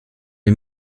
est